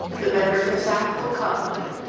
the member for sackville cobequid.